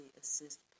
assist